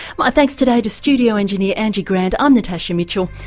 my thanks today to studio engineer angie grant, i'm natasha mitchell,